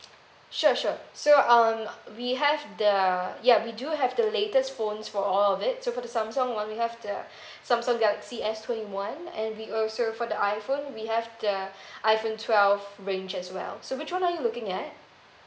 sure sure so um we have the ya we do have the latest phones for all of it so for the Samsung [one] we have the Samsung galaxy S twenty one and we also for the iPhone we have the iPhone twelve range as well so which one are you looking at